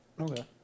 Okay